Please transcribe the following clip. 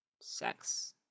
sex